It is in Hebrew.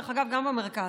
דרך אגב, גם במרכז.